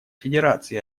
федерации